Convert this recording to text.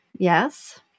Yes